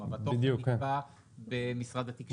התוכן נקבע במשרד התקשורת.